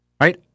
right